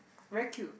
very cute